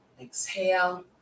Exhale